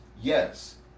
Yes